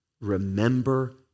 Remember